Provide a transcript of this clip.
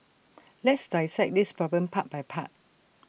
let's dissect this problem part by part